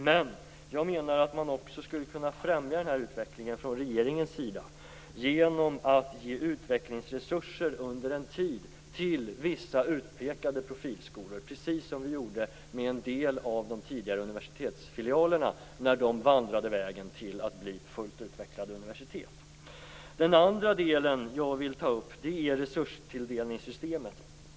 Men jag menar att regeringen också skulle kunna främja den här utvecklingen genom att ge utvecklingsresurser under en tid till vissa utpekade profilskolor, precis som vi gjorde med en del av de tidigare universitetsfilialerna när de vandrade vägen till att bli fullt utvecklade universitet. Den andra delen jag vill ta upp är resurstilldelningssystemet.